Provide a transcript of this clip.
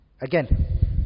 Again